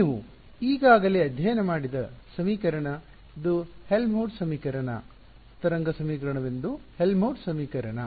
ನೀವು ಈಗಾಗಲೇ ಅಧ್ಯಯನ ಮಾಡಿದ ಸಮೀಕರಣ ಇದು ಹೆಲ್ಮ್ಹೋಲ್ಟ್ಜ್ ಸಮೀಕರಣ ತರಂಗ ಸಮೀಕರಣವೆಂದರೆ ಹೆಲ್ಮ್ಹೋಲ್ಟ್ಜ್ ಸಮೀಕರಣ